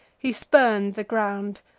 he spurn'd the ground.